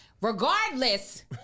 Regardless